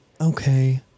okay